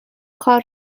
کار